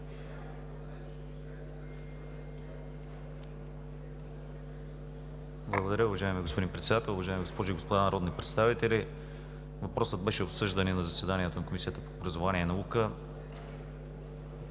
Благодаря, уважаеми господин Председател. Уважаеми госпожи и господа народни представители, въпросът беше обсъждан и на заседанието на Комисията по образованието и науката.